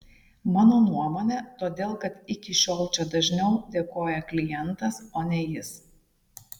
mano nuomone todėl kad iki šiol čia dažniau dėkoja klientas o ne jis